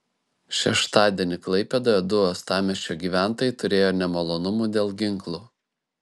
šeštadienį klaipėdoje du uostamiesčio gyventojai turėjo nemalonumų dėl ginklų